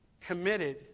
committed